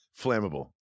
Flammable